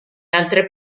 altre